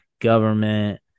government